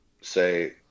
say